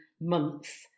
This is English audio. months